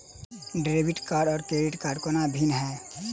Debit card आ credit कोना भिन्न है?